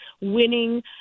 winning